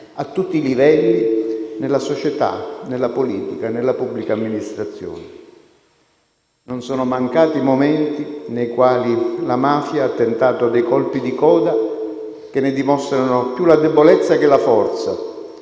a tutti i livelli nella società, nella politica e nella pubblica amministrazione. Non sono mancati momenti nei quali la mafia ha tentato dei colpi di coda, che ne dimostrano più le debolezza che la forza;